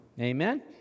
Amen